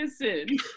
Listen